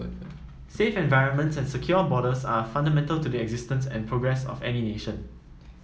safe environments and secure borders are fundamental to the existence and progress of any nation